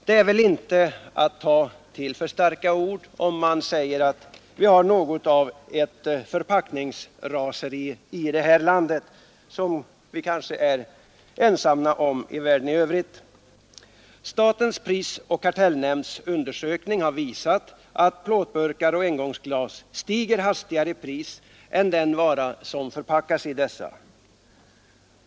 Det är väl inte att ta till för starka ord, om man säger att vi i detta land har något av ett förpackningsraseri, som vi kanske är ensamma om i världen i övrigt. Statens prisoch kartellnämnds undersökning har visat att plåtburkar och engångsglas stiger hastigare i pris än den vara som förpackas i dessa emballage.